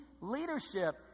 leadership